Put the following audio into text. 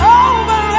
over